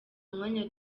mwanya